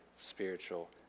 spiritual